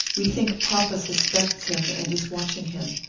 we think papa suspects him and is watching him,